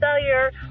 failure